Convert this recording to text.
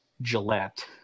Gillette